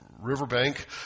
riverbank